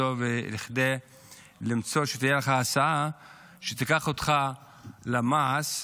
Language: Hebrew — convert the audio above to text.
שתהיה לך הסעה שתיקח אותך למע"ש.